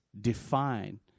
define